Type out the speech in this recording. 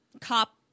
Cop